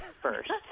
first